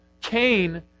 Cain